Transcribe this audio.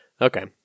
Okay